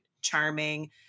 charming